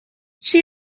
she